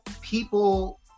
people